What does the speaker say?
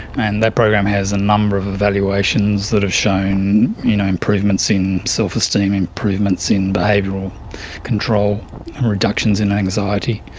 and that program has a number of evaluations that have shown you know improvements in self-esteem, improvements in behavioural control and reductions in anxiety,